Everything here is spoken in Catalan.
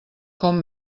com